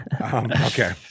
Okay